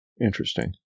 Interesting